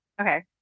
Okay